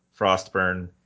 Frostburn